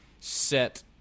set